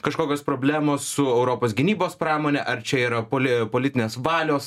kažkokios problemos su europos gynybos pramone ar čia yra poli politinės valios